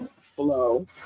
Flow